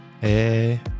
hey